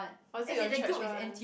was it your church one